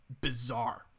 bizarre